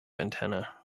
antenna